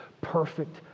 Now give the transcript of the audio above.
perfect